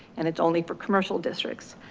and it's only for commercial districts.